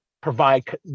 provide